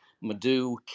Madhu